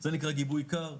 זה נקרא גיבוי קר,